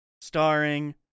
starring